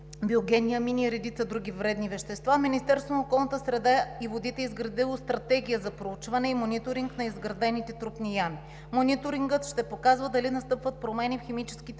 биогенни амини и редица други вредни вещества Министерството на околната среда и водите е изградило стратегия за проучване и мониторинг на изградените трупни ями. Мониторингът ще показва дали настъпват промени в химическите показатели